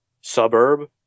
suburb